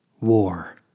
war